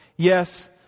Yes